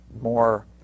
more